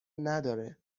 نداره